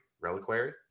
Reliquary